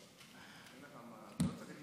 לא צריך,